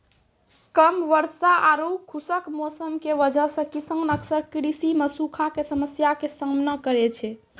कम वर्षा आरो खुश्क मौसम के वजह स किसान अक्सर कृषि मॅ सूखा के समस्या के सामना करै छै